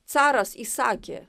caras įsakė